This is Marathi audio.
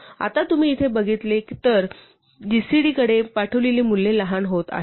आता तुम्ही इथे बघितले तर की जीसीडी कडे पाठवलेली मूल्ये लहान होत आहेत